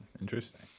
Interesting